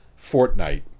Fortnite